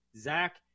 Zach